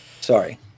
Sorry